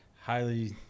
highly